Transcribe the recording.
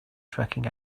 tracking